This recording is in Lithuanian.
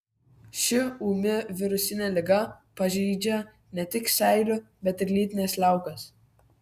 ši ūmi virusinė liga pažeidžia ne tik seilių bet ir lytines liaukas